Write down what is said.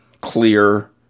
clear